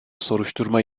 soruşturma